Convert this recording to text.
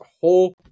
whole